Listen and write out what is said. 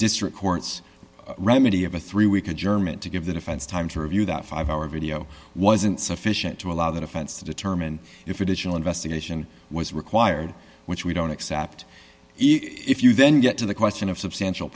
district court's remedy of a three week adjournment to give the defense time to review that five hour video wasn't sufficient to allow the defense to determine if additional investigation was required which we don't accept it if you then get to the question of substantial